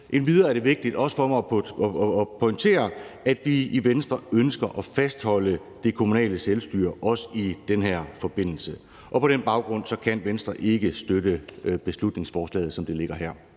mig også at pointere, at vi i Venstre ønsker at fastholde det kommunale selvstyre, også i den her forbindelse. Og på den baggrund kan Venstre ikke støtte beslutningsforslaget,